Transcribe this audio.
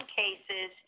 cases